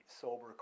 sober